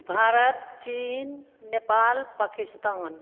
भारत चीन नेपाल पाकिस्तान